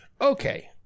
okay